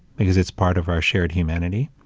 because it's part of our shared humanity.